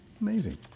amazing